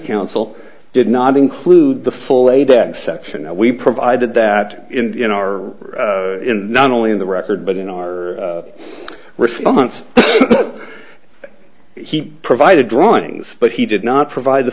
counsel did not include the full a dead section we provided that in our not only in the record but in our response he provided drawings but he did not provide the